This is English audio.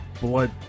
Blood